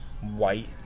white